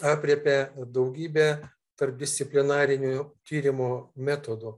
aprėpia daugybę tarpdisciplinarinių tyrimų metodų